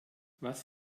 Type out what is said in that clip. was